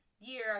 year